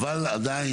אבל עדיין